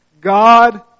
God